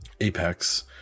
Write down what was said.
apex